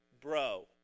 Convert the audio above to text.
bro